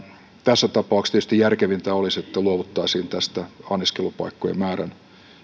tässä tapauksessa tietysti järkevintä olisi että luovuttaisiin tästä anniskelupaikkojen määrän